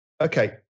Okay